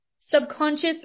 subconscious